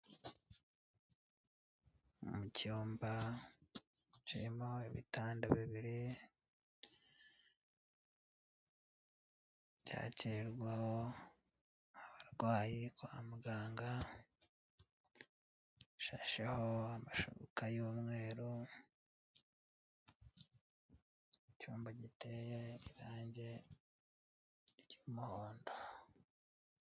Mu cyumba harimo ibitanda bibiri byakirirwaho abarwayi kwa muganga, bishasheho amashuka y'umweru. Icyumba giteye irangi ry'umuhondo.